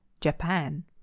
Japan